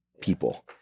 people